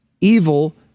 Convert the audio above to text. evil